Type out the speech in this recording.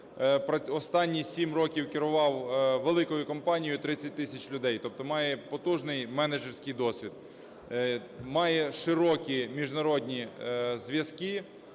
Останні 7 років керував великою компанією – 30 тисяч людей. Тобто має потужний менеджерський досвід, має широкі міжнародні зв'язки,